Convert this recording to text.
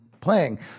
playing